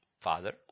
Father